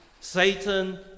Satan